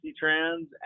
trans